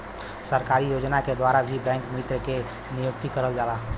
सरकारी योजना के द्वारा भी बैंक मित्र के नियुक्ति करल जाला